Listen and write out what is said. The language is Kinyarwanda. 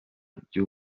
by’u